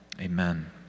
Amen